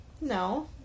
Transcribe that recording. No